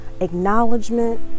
acknowledgement